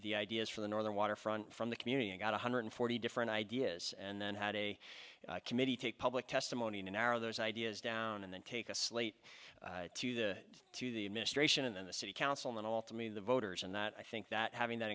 the ideas from the northern waterfront from the community about one hundred forty different ideas and then had a committee take public testimony and an air of those ideas down and then take a slate to the to the administration and then the city councilmen all to me the voters and that i think that having that